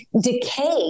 decay